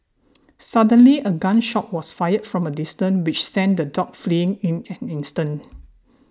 suddenly a gun shot was fired from a distance which sent the dogs fleeing in an instant